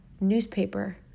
newspaper